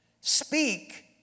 Speak